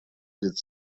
гэж